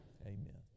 Amen